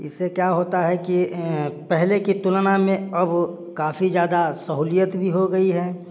इससे क्या होता है कि पहले की तुलना में अब काफी ज्यादा सहूलियत भी हो गई है